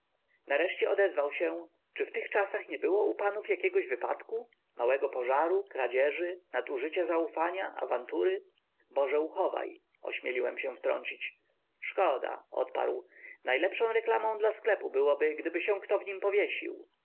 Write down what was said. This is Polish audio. nareszcie odezwał się czy w tych czasach nie było u panów jakiego wypadku małego pożaru kradzieży nadużycia zaufania awantury boże uchowaj ośmieliłem się wtrącić szkoda odparł najlepszą reklamą dla sklepu byłoby gdyby się tak kto w nim powiesił